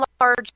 large